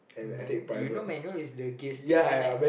man you know manual is the gas stick one right